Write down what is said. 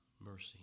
mercy